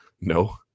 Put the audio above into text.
No